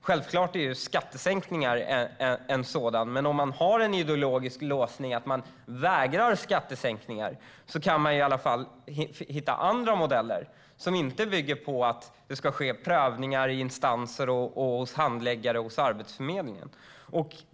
Självfallet är skattesänkningar en sådan, men om man har en ideologisk låsning och vägrar att införa skattesänkningar borde man i stället hitta andra modeller som inte bygger på prövning i olika instanser, handläggare och Arbetsförmedlingen.